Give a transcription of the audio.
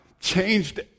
changed